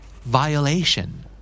Violation